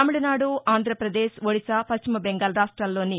తమిళనాడు ఆంధ్రప్రదేశ్ ఒడిశా పశ్చిమ బెంగాల్ రాష్ట్రాల్లోని